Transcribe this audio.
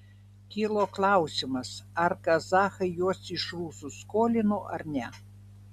kilo klausimas ar kazachai juos iš rusų skolino ar ne